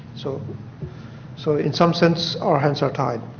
so so in some sense our hands are tied.